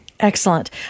Excellent